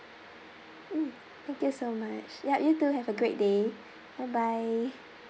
mm thank you so much ya you too have a great day bye bye